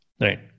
right